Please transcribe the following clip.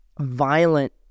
violent